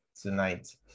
tonight